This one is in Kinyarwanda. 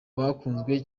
bakunzwe